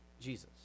Jesus